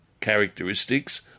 characteristics